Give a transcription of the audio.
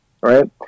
right